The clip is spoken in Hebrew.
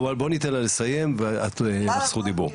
בואי ניתן לה לסיים ואת תקבלי את זכות הדיבור.